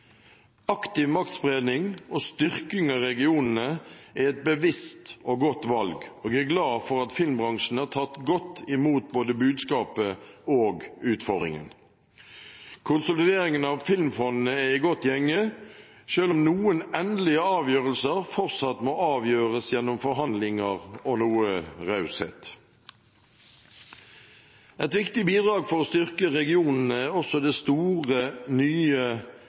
Aktiv maktspredning og styrking av regionene er et bevisst og godt valg, og jeg er glad for at filmbransjen har tatt godt imot både budskapet og utfordringen. Konsolideringen av filmfondene er i godt gjenge, selv om noen endelige avgjørelser fortsatt må tas gjennom forhandlinger og med noe raushet. Et viktig bidrag for å styrke regionene er også det store, nye